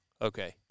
Okay